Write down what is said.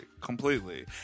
Completely